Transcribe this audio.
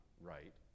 right